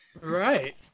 Right